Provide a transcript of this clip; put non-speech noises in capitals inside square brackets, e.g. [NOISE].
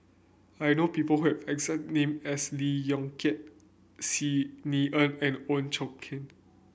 I know people who have exact name as Lee Yong Kiat Xi Ni Er and Ooi [UNINTELLIGIBLE] Chuen